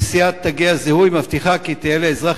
נשיאת תגי הזיהוי מבטיחה כי תהיה לאזרח